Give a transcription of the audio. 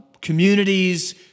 communities